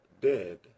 dead